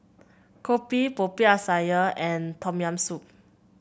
kopi Popiah Sayur and Tom Yam Soup